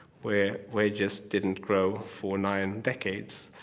where wages didn't grow for nine decades,